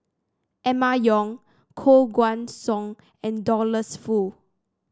Emma Yong Koh Guan Song and Douglas Foo